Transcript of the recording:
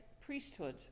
priesthood